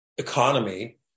economy